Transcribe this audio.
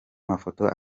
mafoto